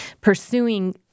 pursuing